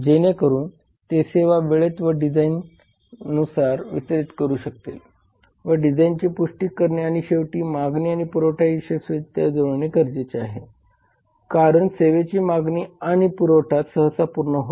जेणेकरून ते सेवा वेळेत व डिझाईननुसार वितरीत करू शकतील आणि डिझाइनची पुष्टी करणे आणि शेवटी मागणी आणि पुरवठा यशस्वीरित्या जुळवणे गरजेचे आहे कारण सेवेची मागणी आणि पुरवठा सहसा पूर्ण होत नाही